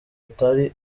atari